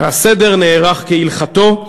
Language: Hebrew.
הסדר נערך כהלכתו,